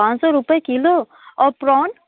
पाँच सौ रुपये किलो और प्रॉन